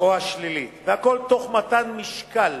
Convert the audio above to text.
או השלילית, והכול תוך מתן משקל